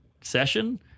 session